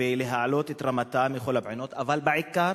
ולהעלות את רמתה, מכל הבחינות, אבל בעיקר